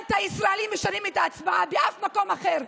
בפרלמנט הישראלי, משנים את ההצבעה, באף מקום אחר.